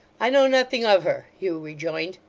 i know nothing of her hugh rejoined.